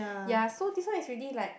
ya so this one is ready like